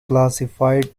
classified